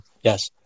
Yes